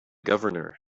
governor